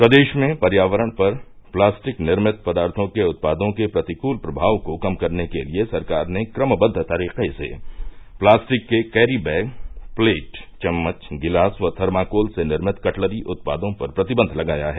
प्रदेश में पर्यावरण पर प्लास्टिक निर्मित पदार्थो के उत्पादों के प्रतिकूल प्रभाव को कम करने के लिए सरकार ने क्रमबद्द तरीके से प्लास्टिक के कैरीबैग प्लेट चम्मच गिलास व थर्माकोल से निर्मित कटलरी उत्पादों पर प्रतिबंध लगाया है